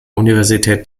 universität